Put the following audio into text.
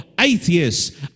atheists